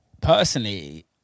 personally